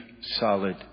solid